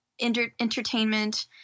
entertainment